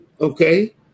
Okay